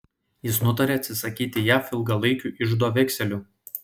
jis nutarė atsisakyti jav ilgalaikių iždo vekselių